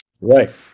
Right